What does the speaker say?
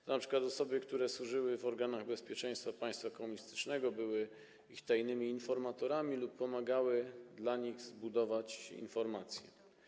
To np. osoby, które służyły w organach bezpieczeństwa państwa komunistycznego, były ich tajnymi informatorami lub pomagały im zdobywać informacje.